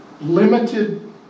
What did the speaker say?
limited